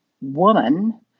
woman